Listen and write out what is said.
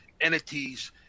entities